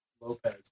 Lopez